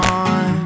on